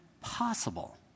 possible